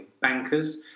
bankers